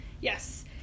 Yes